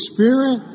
Spirit